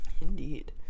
indeed